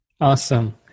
Awesome